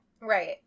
Right